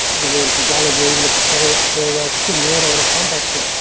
the anti-gunners were even comparing it to a semi-auto and a pump-action,